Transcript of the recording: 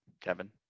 kevin